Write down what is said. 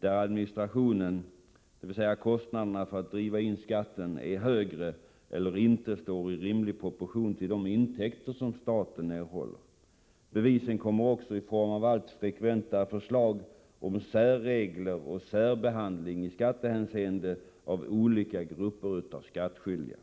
där administrationen — dvs. kostnaderna för att driva in skatten — är högre än eller inte står i rimlig proportion till de intäkter som staten erhåller. Bevisen kommer också i form av allt frekventare förslag om särregler och särbehandling i skattehänseende av olika grupper av skattskyldiga.